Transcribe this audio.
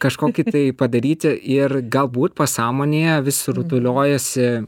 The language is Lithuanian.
kažkokį tai padaryti ir galbūt pasąmonėje vis rutuliojasi